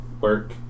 work